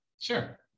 sure